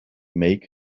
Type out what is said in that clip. make